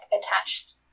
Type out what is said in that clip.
attached